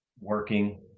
working